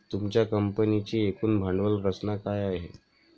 तुमच्या कंपनीची एकूण भांडवल रचना काय आहे?